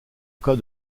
cas